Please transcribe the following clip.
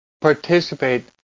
participate